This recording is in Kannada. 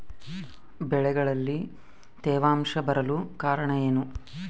ಬೆಳೆಗಳಲ್ಲಿ ತೇವಾಂಶ ಬರಲು ಕಾರಣ ಏನು?